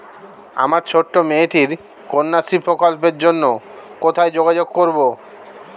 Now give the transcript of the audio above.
আমার ছোট্ট মেয়েটির কন্যাশ্রী প্রকল্পের জন্য কোথায় যোগাযোগ করব?